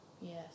Yes